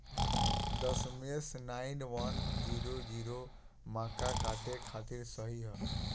दशमेश nine one zero zero मक्का काटे खातिर सही ह?